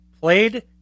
Played